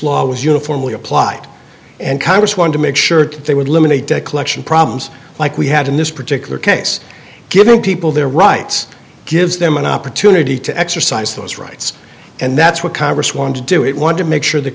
law was uniformly applied and congress wanted to make sure that they would live in a deck lection problems like we had in this particular case giving people their rights gives them an opportunity to exercise those rights and that's what congress wanted to do it want to make sure that